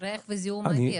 ריח וזיהום אוויר.